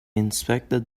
inspected